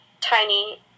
tiny